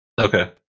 Okay